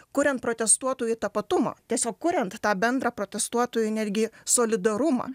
kuriant protestuotojų tapatumą tiesiog kuriant tą bendrą protestuotojų netgi solidarumą